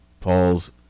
Paul's